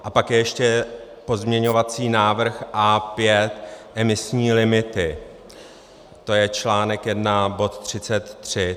A pak je ještě pozměňovací návrh A5, emisní limity, tj. článek 1, bod 33.